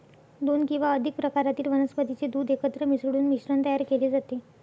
दोन किंवा अधिक प्रकारातील वनस्पतीचे दूध एकत्र मिसळून मिश्रण तयार केले जाते